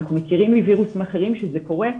ואנחנו מכירים מווירוסים אחרים שזה קורה.